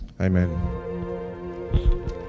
Amen